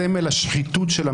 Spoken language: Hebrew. סיימת.